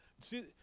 See